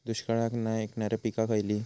दुष्काळाक नाय ऐकणार्यो पीका खयली?